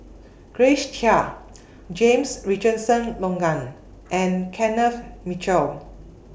Grace Chia James Richardson Logan and Kenneth Mitchell